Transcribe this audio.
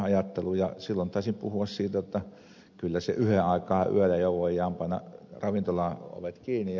silloin taisin puhua siitä että kyllä yhden aikaan yöllä jo voidaan panna ravintolan ovet kiinni